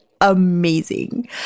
amazing